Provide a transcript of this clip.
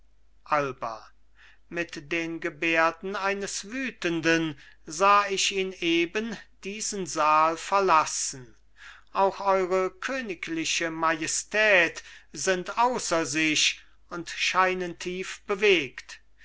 alba mit den gebärden eines wütenden sah ich ihn eben diesen saal verlassen auch eure königliche majestät sind außer sich und scheinen